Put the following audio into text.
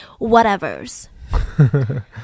whatevers